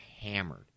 hammered